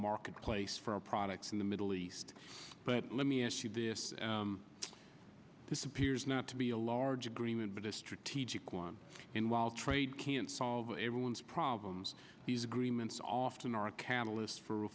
marketplace for our products in the middle east but let me ask you this appears not to be a large agreement but a strategic one and while trade can't solve everyone's problems these agreements often are a catalyst for